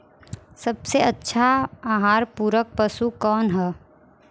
सबसे अच्छा आहार पूरक पशु कौन ह?